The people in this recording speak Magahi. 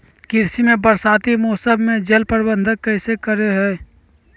कृषि में बरसाती मौसम में जल प्रबंधन कैसे करे हैय?